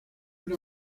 una